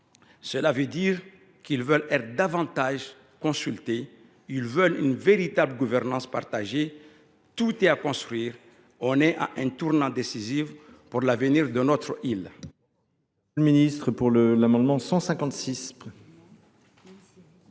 Cela signifie qu’ils veulent être davantage consultés. Ils veulent une véritable gouvernance partagée. Tout est à construire : nous sommes à un tournant décisif pour l’avenir de notre île.